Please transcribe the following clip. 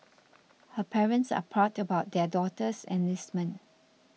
her parents are proud about their daughter's enlistment